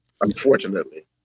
Unfortunately